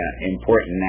important